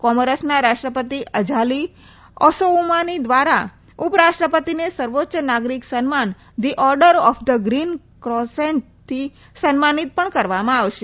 કોમોરોસના રાષ્ટ્રપતિ Azali Assoumani દ્વારા ઉપરાષ્ટ્રપતિને સર્વોચ્ય નાગરિક સન્માન the order of the green ક્રોસેન્ટથી સન્માનિત પણ કરવામાં આવશે